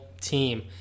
team